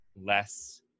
less